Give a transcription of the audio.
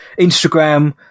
Instagram